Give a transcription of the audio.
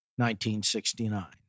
1969